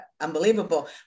unbelievable